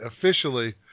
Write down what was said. officially